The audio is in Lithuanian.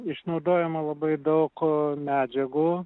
išnaudojama labai daug medžiagų